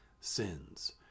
sins